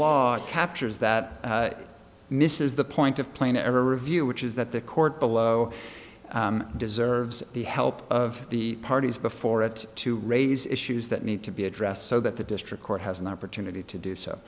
it captures that misses the point of playing a review which is that the court below deserves the help of the parties before it to raise issues that need to be addressed so that the district court has an opportunity to